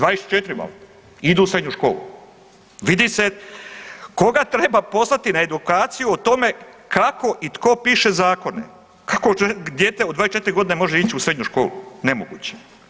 24 valjda i idu u srednju školu, vidi se koga treba poslati na edukaciju o tome kako i tko piše zakone, kako dijete od 24 godine može ići u srednju školu, nemoguće.